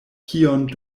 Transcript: kion